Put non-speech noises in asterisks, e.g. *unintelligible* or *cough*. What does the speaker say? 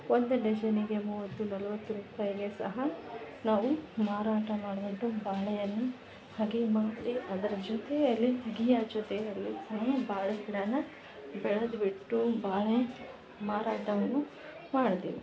ಒಂದು ಡಜನಿಗೆ ಮೂವತ್ತು ನಲವತ್ತು ರುಪಾಯಿಗೆ ಸಹ ನಾವು ಮಾರಾಟ ಮಾಡಿಬಿಟ್ಟು ಬಾಳೆ ಎಲೆ ಹಾಗೆ ಮಾಡಿ ಅದರ ಜೊತೆಯಲ್ಲಿ ಹುಗ್ಗಿಯ ಜೊತೆಯಲ್ಲಿ *unintelligible* ಬಾಳೆ ಗಿಡನ ಬೆಳೆದುಬಿಟ್ಟು ಬಾಳೆ ಮಾರಾಟವನ್ನು ಮಾಡ್ತೀವಿ